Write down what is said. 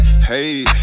Hey